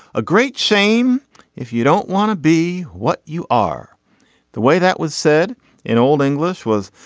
a great shame if you don't want to be what you are the way that was said in old english was